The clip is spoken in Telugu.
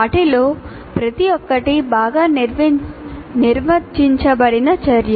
వాటిలో ప్రతి ఒక్కటి బాగా నిర్వచించబడిన చర్య